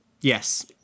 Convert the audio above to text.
yes